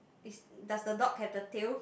is does the dog have the tail